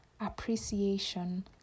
appreciation